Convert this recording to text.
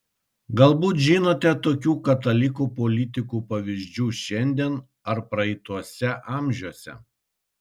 galbūt žinote tokių katalikų politikų pavyzdžių šiandien ar praeituose amžiuose